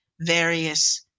various